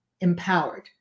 empowered